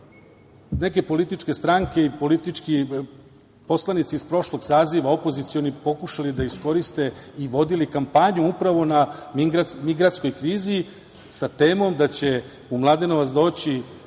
neke političke stranke i poslanici iz prošlog saziva opozicioni pokušali da iskoriste i vodili kampanju upravo na migrantskoj krizi, sa temom da će u Mladenovac doći